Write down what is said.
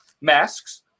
Masks